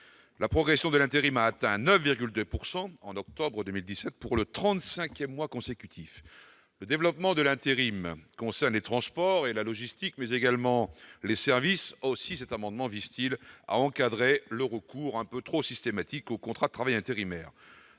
la progression de l'intérim a atteint 9,2 pourcent en octobre 2017 pour le trente-cinquième mois consécutif, le développement de l'intérim concerne les transports et la logistique, mais également les services aussi, cet amendement vise-t-il à encadrer le recours un peu trop systématique aux contrats de travail intérimaire